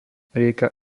rieka